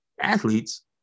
athletes